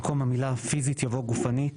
במקום המילה 'פיזית' יבוא 'גופנית'.